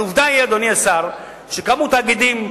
העובדה היא, אדוני השר, שקמו תאגידים,